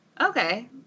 Okay